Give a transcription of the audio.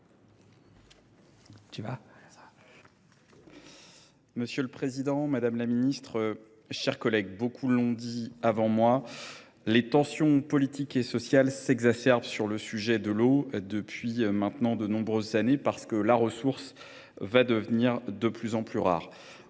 Monsieur le président, madame la ministre, mes chers collègues, beaucoup l’ont dit avant moi, les tensions politiques et sociales s’exacerbent sur le sujet de l’eau depuis maintenant de nombreuses années, car cette ressource va devenir de plus en plus rare.